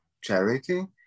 charity